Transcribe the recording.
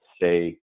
say